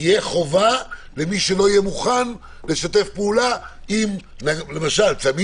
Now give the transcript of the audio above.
תהיה חובה למי שלא יהיה מוכן לשתף פעולה עם צמיד